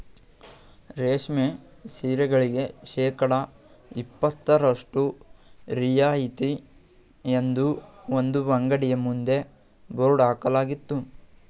ರೇಷ್ಮೆ ಸೀರೆಗಳಿಗೆ ಶೇಕಡಾ ಇಪತ್ತರಷ್ಟು ರಿಯಾಯಿತಿ ಎಂದು ಒಂದು ಅಂಗಡಿಯ ಮುಂದೆ ಬೋರ್ಡ್ ಹಾಕಲಾಗಿತ್ತು